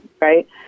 right